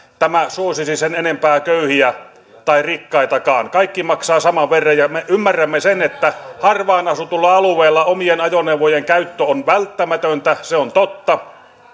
tämä suosisi sen enempää köyhiä tai rikkaitakaan kaikki maksavat saman verran ja ja me ymmärrämme sen että harvaan asutulla alueella omien ajoneuvojen käyttö on välttämätöntä se on totta